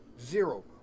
Zero